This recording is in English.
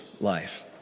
life